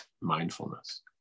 mindfulness